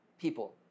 People